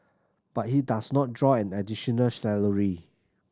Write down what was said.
but he does not draw an additional salary